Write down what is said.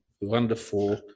wonderful